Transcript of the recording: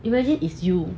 imagine is you